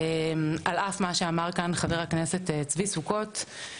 על אף מה שאמר כאן חבר הכנסת צבי סוכות,